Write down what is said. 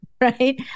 Right